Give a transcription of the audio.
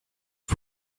für